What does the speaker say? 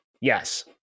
Yes